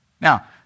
Now